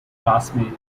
classmate